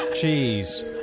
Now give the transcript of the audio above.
cheese